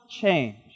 change